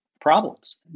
problems